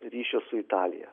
ryšio su italija